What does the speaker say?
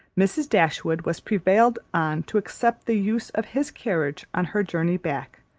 mrs. dashwood was prevailed on to accept the use of his carriage on her journey back,